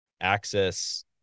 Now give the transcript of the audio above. access